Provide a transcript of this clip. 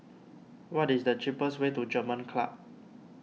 what is the cheapest way to German Club